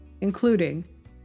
including